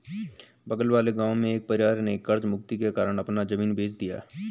बगल वाले गांव में एक परिवार ने कर्ज मुक्ति के कारण अपना जमीन बेंच दिया